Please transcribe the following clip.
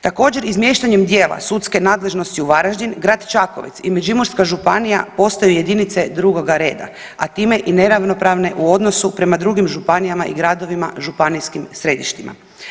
Također, izmještanjem dijela sudske nadležnosti u Varaždin grad Čakovec i Međimurska županija postaju jedinice drugoga reda, a time i neravnopravne u odnosu prema drugim županijama i gradovima županijskim središtima.